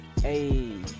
hey